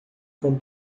com